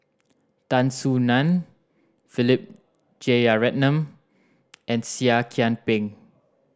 Tan Soo Nan Philip Jeyaretnam and Seah Kian Peng